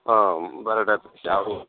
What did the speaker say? ହଁ ବାରଟା ଆଉ